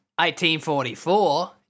1844